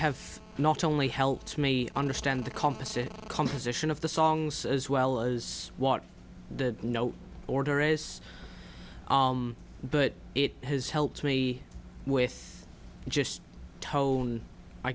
have not only helped me understand the composition composition of the songs as well as what the note order is but it has helped me with just tone i